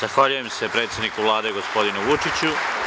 Zahvaljujem se, predsedniku Vlade, gospodinu Vučiću.